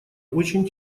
очень